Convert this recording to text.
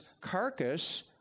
carcass